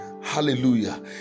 Hallelujah